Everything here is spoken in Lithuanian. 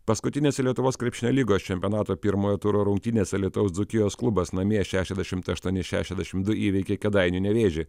paskutinėse lietuvos krepšinio lygos čempionato pirmojo turo rungtynėse alytaus dzūkijos klubas namie šešiasdešimt aštuoni šešiasdešim du įveikė kėdainių nevėžį